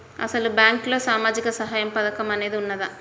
అసలు బ్యాంక్లో సామాజిక సహాయం పథకం అనేది వున్నదా?